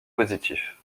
positif